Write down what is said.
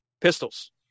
pistols